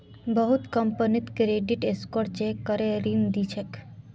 बहुत company credit score check करे ऋण दी छेक